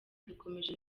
dukomeje